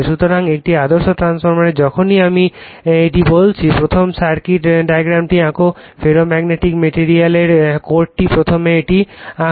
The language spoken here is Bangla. সুতরাং একটি আদর্শ ট্রান্সফরমারে যখনই আমি এটি বলছি প্রথম সার্কিট ডায়াগ্রামটি আঁক ফেরোম্যাগনেটিক ম্যাটেরিয়ালের কোরটি প্রথমে এটি আঁক